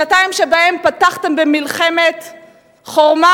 שנתיים שבהן פתחתם במלחמת חורמה,